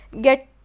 get